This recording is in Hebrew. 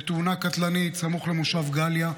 בתאונה קטלנית סמוך למושב גאליה.